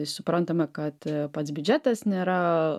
suprantama kad pats biudžetas nėra